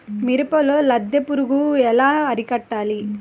మిరపలో లద్దె పురుగు ఎలా అరికట్టాలి?